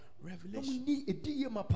revelation